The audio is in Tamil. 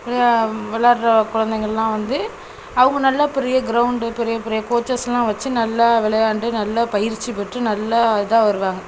வெளையா வெளையாட்ற குழந்தைங்களெல்லாம் வந்து அவங்க நல்லா பெரிய க்ரௌண்டு பெரிய பெரிய கோச்சர்ஸெலாம் வச்சு நல்ல விளையாண்டு நல்ல பயிற்சி பெற்று நல்லா இதாக வருவாங்க